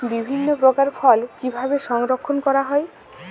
বিভিন্ন প্রকার ফল কিভাবে সংরক্ষণ করা হয়?